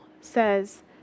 says